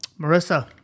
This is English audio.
Marissa